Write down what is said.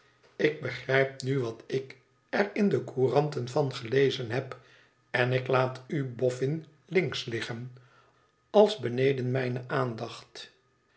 ik bejp nu wat ik er in de couranten van gelezen heb en ik laat u boffin imks liggen als beneden mijne aandacht